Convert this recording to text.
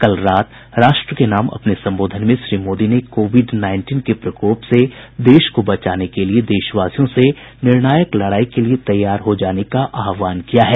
कल रात राष्ट्र के नाम अपने संबोधन में श्री मोदी ने कोविड नाईनटीन के प्रकोप से देश को बचाने के लिए देशवासियों से निर्णायक लड़ाई के लिए तैयार हो जाने का आहवान किया है